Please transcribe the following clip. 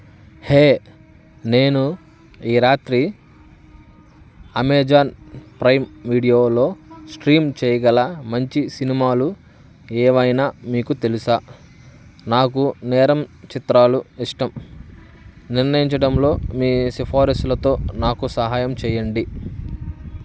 హే నేను ఈ రాత్రి అమెజాన్ ప్రైమ్ వీడియోలో స్ట్రీమ్ చేయగల మంచి సినిమాలు ఏవైనా మీకు తెలుసా నాకు నేరం చిత్రాలు ఇష్టం నిర్ణయించడంలో మీ సిఫారసులతో నాకు సహాయం చేయండి